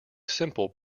simple